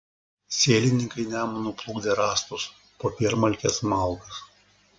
sielininkai nemunu plukdė rąstus popiermalkes malkas